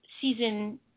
season